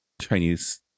Chinese